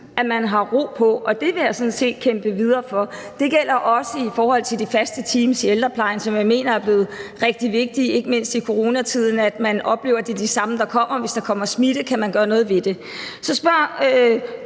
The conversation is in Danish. at man har ro på, og det vil jeg sådan set kæmpe videre for. Det gælder også i forhold til de faste teams i ældreplejen, som jeg mener er blevet rigtig vigtige, ikke mindst i coronatiden, så man oplever, at det er de samme, der kommer, og hvis der kommer smitte, kan man gøre noget ved det. Så spørger